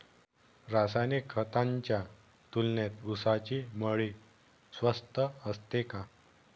रासायनिक खतांच्या तुलनेत ऊसाची मळी स्वस्त असते का?